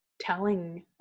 telling